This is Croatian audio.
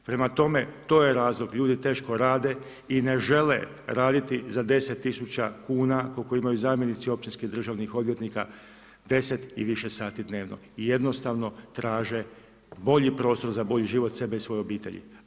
Prema tome, to je razlog ljudi teško rade i ne žele raditi za 10.000 kuna koliko imaju zamjenici općinskih državnih odvjetnika 10 i više sati dnevno i jednostavno traže bolji prostor za bolji život sebe i svoje obitelji.